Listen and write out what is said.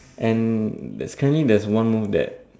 and there's currently there's one move that